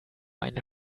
eine